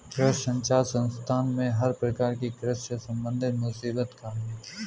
कृषि संचार संस्थान में हर प्रकार की कृषि से संबंधित मुसीबत का हल है